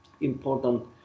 important